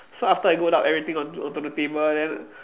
so after I put up everything onto onto the table then